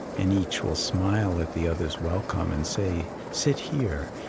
and each will smile at the other's welcome and say, sit here.